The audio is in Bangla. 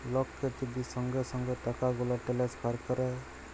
লককে যদি সঙ্গে সঙ্গে টাকাগুলা টেলেসফার ক্যরে